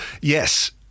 yes